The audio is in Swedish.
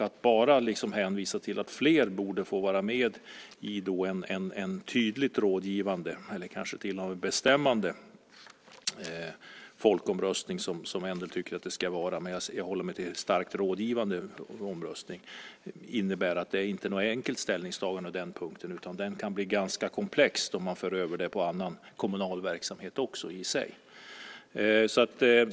Att bara hänvisa till att fler borde få vara med i en tydligt rådgivande eller kanske till och med bestämmande folkomröstning, som en del tycker att det ska vara - själv håller jag mig till en starkt rådgivande omröstning - visar att det inte är fråga om något enkelt ställningstagande på den punkten, utan det här kan bli ganska komplext överfört på annan kommunal verksamhet.